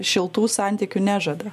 šiltų santykių nežada